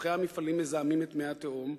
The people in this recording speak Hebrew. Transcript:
שופכי המפעלים מזהמים את מי התהום,